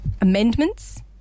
amendments